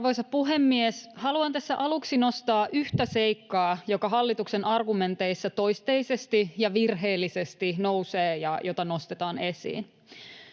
Arvoisa puhemies! Haluan tässä aluksi nostaa yhtä seikkaa, joka hallituksen argumenteissa toisteisesti ja virheellisesti nousee ja jota nostetaan esiin.